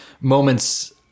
moments